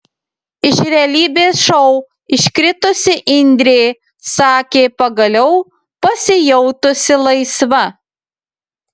iš realybės šou iškritusi indrė sakė pagaliau pasijautusi laisva